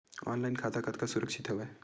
Online खाता कतका सुरक्षित हवय?